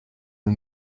new